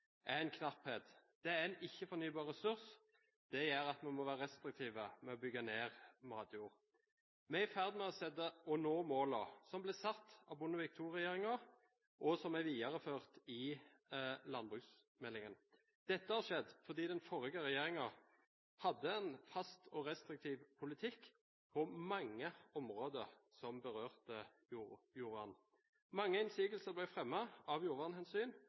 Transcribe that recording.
knapphet. Det er snakk om en ikke-fornybar ressurs. Det gjør at vi må være restriktive med å bygge ned matjord. Vi er i ferd med å nå målene som ble satt av Bondevik II-regjeringen, og som er videreført i landbruksmeldingen. Dette har skjedd fordi den forrige regjeringen hadde en fast og restriktiv politikk på mange områder som berørte jordvernet. Mange innsigelser ble fremmet av